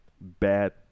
bad